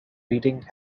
reading